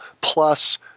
plus